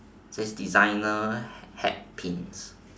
says designer hat pins